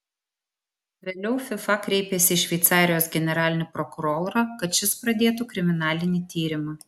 vėliau fifa kreipėsi į šveicarijos generalinį prokurorą kad šis pradėtų kriminalinį tyrimą